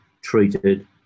treated